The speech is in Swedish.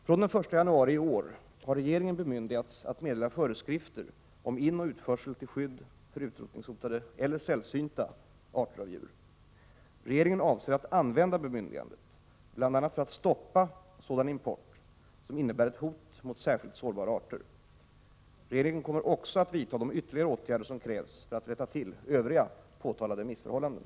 Från den 1 januari i år har regeringen bemyndigats att meddela föreskrifter om inoch utförsel till skydd för utrotningshotade eller sällsynta arter av djur. Regeringen avser att använda bemyndigandet bl.a. för att stoppa sådan import som innebär ett hot mot särskilt sårbara arter. Regeringen kommer också att vidta de ytterligare åtgärder som krävs för att rätta till övriga påtalade missförhållanden.